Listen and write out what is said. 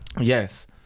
Yes